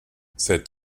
cet